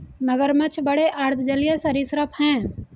मगरमच्छ बड़े अर्ध जलीय सरीसृप हैं